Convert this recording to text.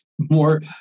more